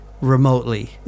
remotely